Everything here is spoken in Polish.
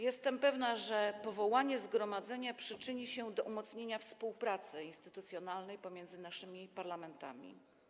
Jestem pewna, że powołanie zgromadzenia przyczyni się do umocnienia współpracy instytucjonalnej pomiędzy naszymi parlamentami.